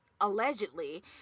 allegedly